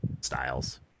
Styles